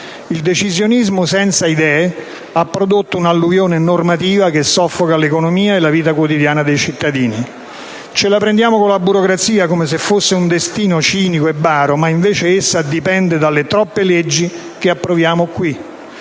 Il decisionismo senza idee ha prodotto un'alluvione normativa che soffoca l'economia e la vita quotidiana dei cittadini. Ce la prendiamo con la burocrazia come se fosse un destino cinico e baro, ma invece essa dipende dalle troppe leggi che approviamo qui.